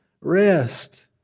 Rest